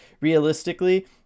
realistically